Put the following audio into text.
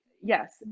yes